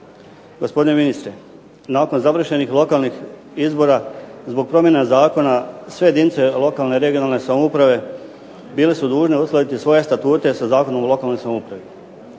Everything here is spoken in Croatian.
Gospodine ministre, nakon završenih lokalnih izbora zbog promjena zakona sve jedinice lokalne i regionalne samouprave bile su dužne uskladiti svoje statute sa Zakonom o lokalnoj samoupravi.